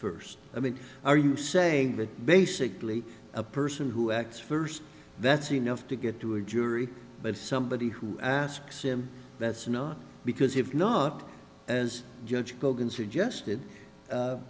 first i mean are you saying that basically a person who acts first that's enough to get to a jury but somebody who asks him that's not because he's not as judge gogin suggested